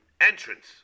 entrance